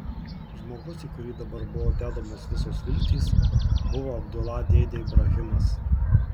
žmogus į kurį dabar buvo dedamos visos viltys buvo abdula dėdė ibrahimas